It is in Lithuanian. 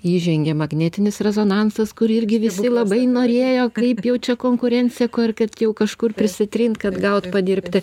įžengė magnetinis rezonansas kurį irgi visi labai norėjo kaip jau čia konkurencija ir kad jau kažkur prisitrint kad gaut padirbti